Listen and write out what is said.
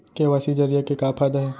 KYC जरिए के का फायदा हे?